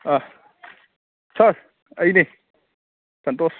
ꯑꯥ sir ꯑꯩꯅꯤ ꯁꯟꯇꯣꯁ